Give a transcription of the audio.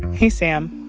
hey, sam.